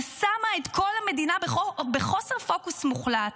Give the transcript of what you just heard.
ששמה את כל המדינה בחוסר פוקוס מוחלט.